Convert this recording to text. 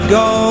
go